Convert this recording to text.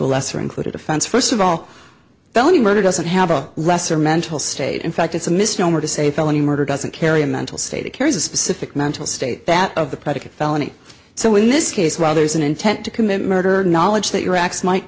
lesser included offense first of all felony murder doesn't have a lesser mental state in fact it's a misnomer to say felony murder doesn't carry a mental state it carries a specific mental state that of the predicate felony so in this case while there's an intent to commit murder knowledge that your acts might